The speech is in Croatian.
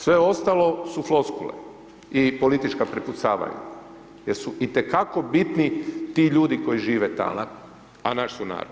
Sve ostalo su floskule i politička prepucavanja, jer su itekako bitni ti ljudi koji žive tamo a naš su narod.